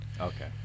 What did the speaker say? Okay